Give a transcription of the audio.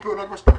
8008,